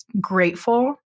grateful